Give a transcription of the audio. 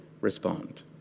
respond